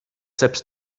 selbst